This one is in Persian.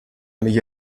دیگه